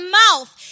mouth